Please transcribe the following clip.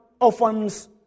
orphans